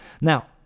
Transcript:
now